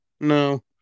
No